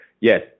Yes